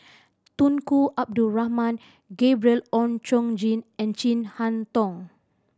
Tunku Abdul Rahman Gabriel Oon Chong Jin and Chin Harn Tong